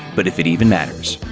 but if it even matters.